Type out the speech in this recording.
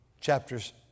Chapters